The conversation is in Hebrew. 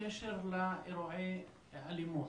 בקשר לאירועי האלימות,